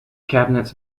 cabinets